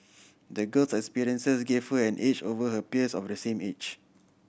the girl's experiences gave her an edge over her peers of the same age